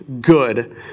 good